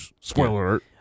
spoiler